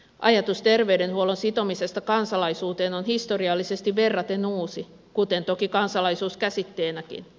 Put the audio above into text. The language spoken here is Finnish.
ajatus terveydenhuollon sitomisesta kansalaisuuteen on historiallisesti verraten uusi kuten toki kansalaisuus käsitteenäkin